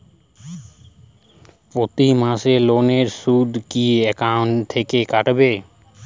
প্রতি মাসে লোনের সুদ কি একাউন্ট থেকে কাটবে?